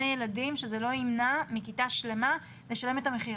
ילדים שזה לא יגרום לכיתה שלמה לשלם את המחיר.